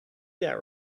that